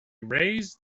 raise